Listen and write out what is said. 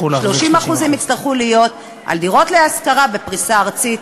30% יצטרכו להיות על דירות להשכרה בפריסה ארצית.